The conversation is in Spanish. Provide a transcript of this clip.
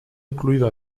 incluido